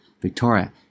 victoria